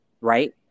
right